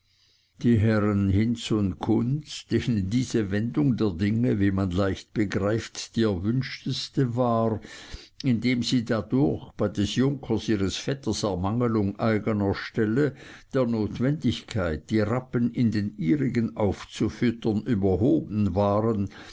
die herren hinz und kunz denen diese wendung der dinge wie man leicht begreift die erwünschteste war indem sie da durch bei des junkers ihres vetters ermangelung eigener ställe der notwendigkeit die rappen in den ihrigen aufzufüttern überhoben waren